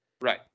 Right